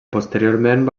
posteriorment